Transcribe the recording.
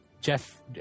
Jeff